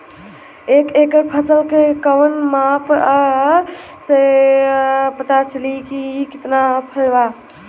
एक एकड़ फसल के कवन माप से पता चली की कितना फल बा?